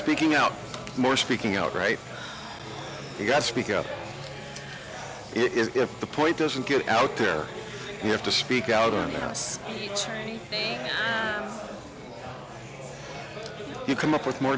speaking out more speaking out right you got speak up if the point doesn't get out there you have to speak out i was saying you come up with more